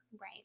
Right